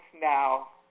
now